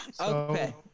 Okay